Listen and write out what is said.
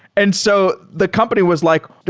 and so the company was like,